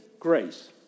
Grace